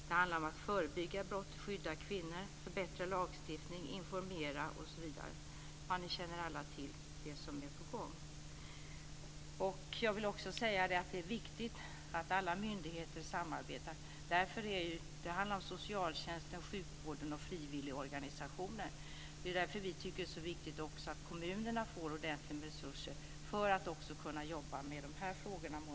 Det handlar om att förebygga brott, skydda kvinnor, förbättra lagstiftning, informera osv. Ni känner alla till det som är på gång. Jag vill också säga att det är viktigt att alla myndigheter samarbetar. Det handlar om socialtjänsten, sjukvården och frivilligorganisationer. Det är därför vi tycker att det är så viktigt att också kommunerna får ordentligt med resurser för att kunna jobba med de här frågorna.